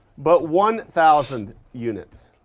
but one thousand units.